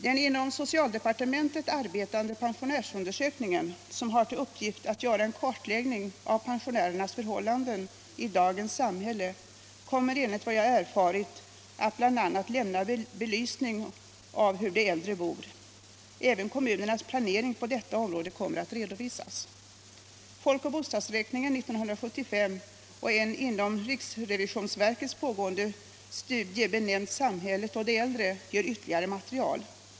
Den inom socialdepartementet arbetande pensionärsundersökningen, som har till uppgift att göra en kartläggning av pensionärernas förhållanden i dagens samhälle, kommer enligt vad jag har erfarit att bl.a. belysa hur de äldre bor. Även kommunernas planering på detta område kommer att redovisas. Folkoch bostadsräkningen 1975 och en inom riksrevisionsverket pågående studie, benämnd Samhället och de äldre, ger ytterligare material.